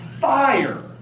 fire